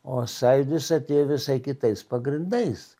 o sąjūdis atėjo visai kitais pagrindais